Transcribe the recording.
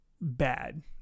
bad